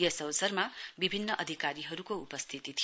यस अवसरमा विभिन्न अधिकारीहरुको उपस्थिती थियो